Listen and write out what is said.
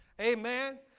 Amen